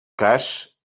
cas